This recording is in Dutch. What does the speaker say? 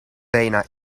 bijna